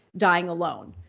dying alone.